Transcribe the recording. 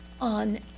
on